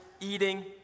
eating